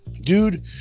dude